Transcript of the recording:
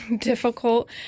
difficult